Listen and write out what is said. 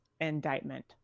indictment